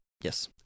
Yes